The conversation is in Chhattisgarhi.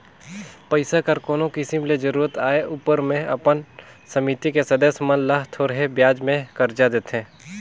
पइसा कर कोनो किसिम ले जरूरत आए उपर में अपन समिति के सदस्य मन ल थोरहें बियाज में करजा देथे